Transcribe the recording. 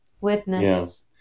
witness